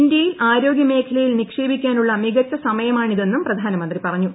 India യിൽ ആരോഗ്യമേഖലയിൽ നിക്ഷേപിക്കാനുള്ള മികച്ച സമയമാണി തെന്നും പ്രധാനമന്ത്രി പറഞ്ഞു